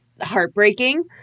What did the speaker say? heartbreaking